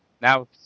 Now